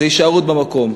זה הישארות במקום.